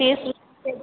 तीस रुपआ